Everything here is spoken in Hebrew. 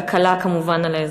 והקלה כמובן על האזרחים.